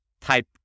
type